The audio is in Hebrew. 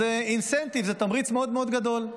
אז זה incentive, זה תמריץ מאוד מאוד גדול.